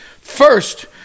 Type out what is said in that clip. first